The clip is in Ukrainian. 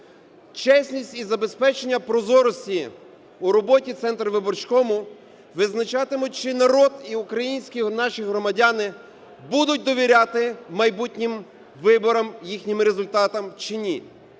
Чесність і забезпечення прозорості у роботі Центрвиборчкому визначатиме, чи народ і українські наші громадяни будуть довіряти майбутнім виборам їхнім результатам, чи ні,